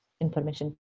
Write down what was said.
information